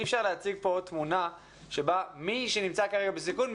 אי אפשר להציג פה תמונה שבה מי שנמצא כרגע בסיכון,